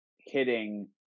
hitting